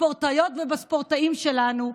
בספורטאיות ובספורטאים שלנו,